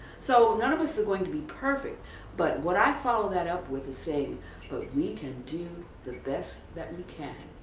so none of us are going to be perfect but what i follow that up with is saying, but we can do the best that we can.